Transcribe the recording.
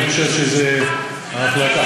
אני חושב שזו ההחלטה.